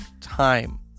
time